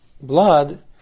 Blood